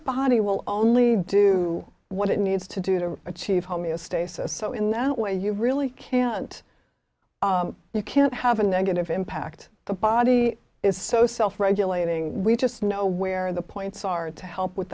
body will only do what it needs to do to achieve homeostasis so in that way you really can't you can't have a negative impact the body is so self regulating we just know where the points are and to help with